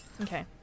Okay